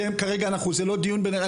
זה לא הדיון כרגע.